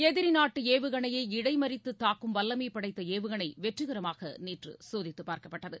எதிரி நாட்டு ஏவுகணையை இடைமறித்து தாக்கும் வல்லமை படைத்த ஏவுகணை வெற்றிகரமாக நேற்று சோதித்து பார்க்கப்பட்டது